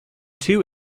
two